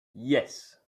yes